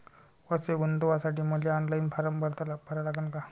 पैसे गुंतवासाठी मले ऑनलाईन फारम भरा लागन का?